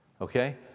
okay